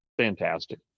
fantastic